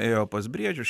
ėjo pas briedžius